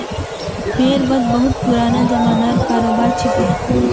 भेड़ वध बहुत पुराना ज़मानार करोबार छिके